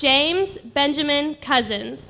james benjamin cousins